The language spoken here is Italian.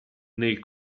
nel